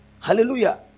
Hallelujah